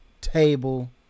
table